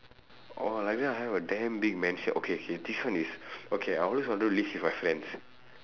orh like that I have a damn big mansion okay okay this one is okay I always wanted to live with my friends